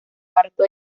parto